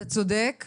אתה צודק.